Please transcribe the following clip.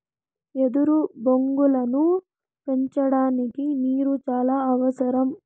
ఎదురు బొంగులను పెంచడానికి నీరు చానా అవసరం